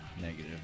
Negative